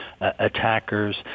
attackers